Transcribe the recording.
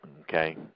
okay